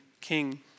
king